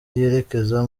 yerekeza